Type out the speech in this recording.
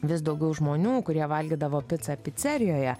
vis daugiau žmonių kurie valgydavo picą picerijoje